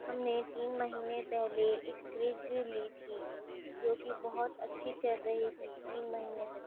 ہم نے تین مہینے پہلے ایک فریج لی تھی جو کہ بہت اچھی چل رہی تھی تین مہینے تک